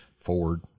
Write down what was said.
forward